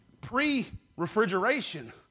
pre-refrigeration